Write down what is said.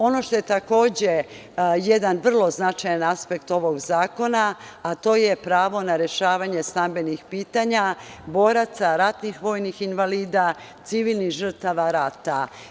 Ono što je takođe jedan vrlo značajan aspekt ovog zakona, to je pravo na rešavanje stambenih pitanja boraca, ratnih vojnih invalida, civilnih žrtava rata.